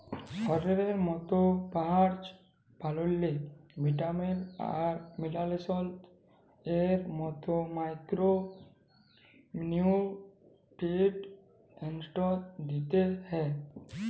শরীরের মত গাহাচ পালাল্লে ভিটামিল আর মিলারেলস এর মত মাইকোরো নিউটিরিএন্টস দিতে হ্যয়